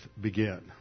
begin